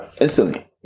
instantly